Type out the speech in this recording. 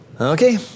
Okay